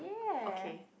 okay